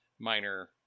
minor